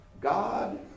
God